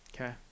Okay